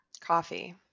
coffee